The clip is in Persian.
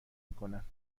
میکنند